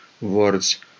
words